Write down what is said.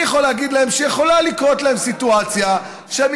אני יכול להגיד להם שיכולה לקרות להם סיטואציה שהם